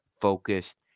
focused